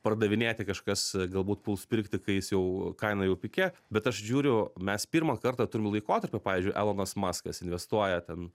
pardavinėti kažkas galbūt puls pirkti kai jis jau kaina jau pike bet aš žiūriu mes pirmą kartą turim laikotarpį pavyzdžiui elonas maskas investuojate ten